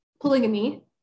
polygamy